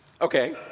Okay